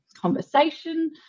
conversation